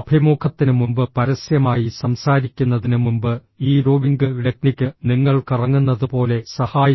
അഭിമുഖത്തിന് മുമ്പ് പരസ്യമായി സംസാരിക്കുന്നതിന് മുമ്പ് ഈ റോവിംഗ് ടെക്നിക് നിങ്ങൾ കറങ്ങുന്നതുപോലെ സഹായിക്കുന്നു